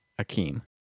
Akeem